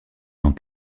dans